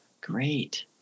great